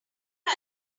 are